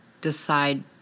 decide